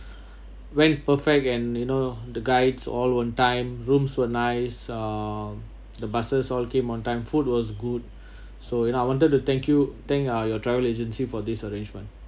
went perfect and you know the guides all on time rooms were nice uh the buses all came on time food was good so and I wanted to thank you thank uh your travel agency for this arrangement